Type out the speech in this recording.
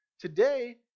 today